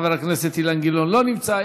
חבר הכנסת אילן גילאון לא נמצא.